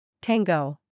Tango